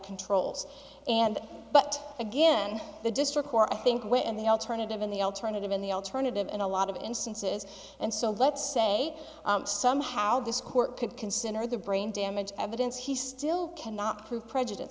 controls and but again the district where i think we're in the alternative in the alternative in the alternative in a lot of instances and so let's say somehow this court could consider the brain damage evidence he still cannot prove prejudice